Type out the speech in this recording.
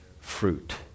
fruit